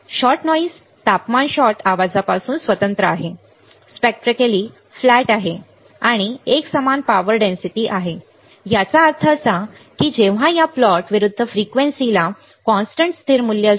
shot noise तापमान shot आवाजापासून स्वतंत्र आहे स्पेक्ट्रली फ्लॅट आहे किंवा एकसमान पॉवर डेंसिटी आहे याचा अर्थ असा की जेव्हा या प्लॉट विरुद्ध फ्रिक्वेन्सीला कॉन्स्टंट स्थिर मूल्य असते